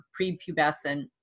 prepubescent